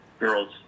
girls